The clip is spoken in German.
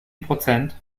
prozent